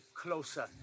closer